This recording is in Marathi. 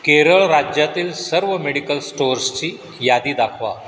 केरळ राज्यातील सर्व मेडिकल स्टोअर्सची यादी दाखवा